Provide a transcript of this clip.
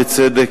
בצדק,